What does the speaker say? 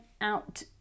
out